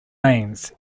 lanes